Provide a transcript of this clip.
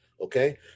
okay